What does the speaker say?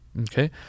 Okay